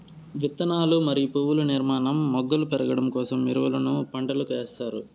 విత్తనాలు మరియు పువ్వుల నిర్మాణం, మొగ్గలు పెరగడం కోసం ఎరువులను పంటలకు ఎస్తారు